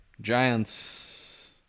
giants